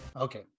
Okay